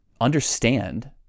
understand